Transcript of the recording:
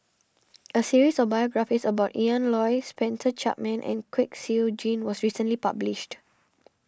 a series of biographies about Ian Loy Spencer Chapman and Kwek Siew Jin was recently published